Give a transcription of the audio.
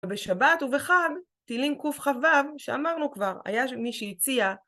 בשבת ובחג, תהילים קכו, שאמרנו כבר, היה מי שהציע